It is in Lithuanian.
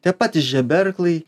tie patys žeberklai